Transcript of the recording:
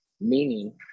meaning